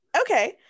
okay